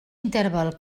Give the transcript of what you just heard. interval